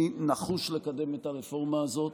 אני נחוש לקדם את הרפורמה הזאת,